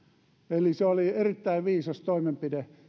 eli se oli erittäin viisas toimenpide